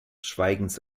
schweigens